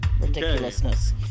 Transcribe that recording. Ridiculousness